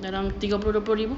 dalam tiga puluh dua puluh lima